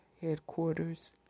headquarters